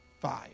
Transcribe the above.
Five